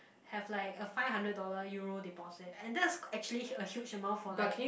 have like a five hundred dollar Euro deposit and that's actually a huge amount for like